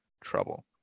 trouble